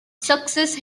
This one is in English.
success